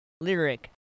lyric